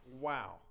wow